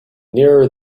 nearer